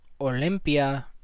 Olympia